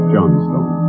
Johnstone